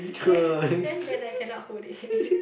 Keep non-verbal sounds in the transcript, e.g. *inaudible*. *breath* that that's when I cannot hold it